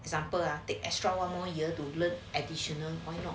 example ah take extra one more year to learn additional point lah